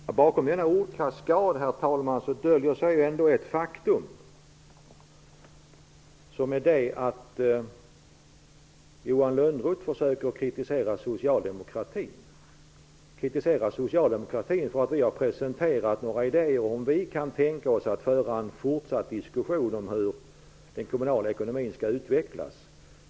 Herr talman! Bakom denna ordkaskad döljer sig det faktum att Johan Lönnroth försöker kritisera socialdemokratin för att vi har presenterat idéer om att vi kan tänka oss att föra en fortsatt diskussion om hur den kommunala ekonomin skall utvecklas.